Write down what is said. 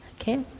Okay